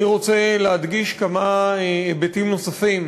אני רוצה להדגיש כמה היבטים נוספים.